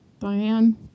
Diane